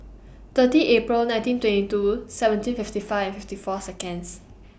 thirty April nineteen twenty two seventeen fifty five fifty four Seconds